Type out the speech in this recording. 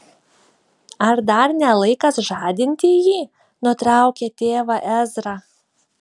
ar dar ne laikas žadinti jį nutraukė tėvą ezra